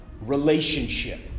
Relationship